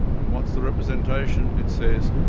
and what's the representation? it says,